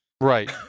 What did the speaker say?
Right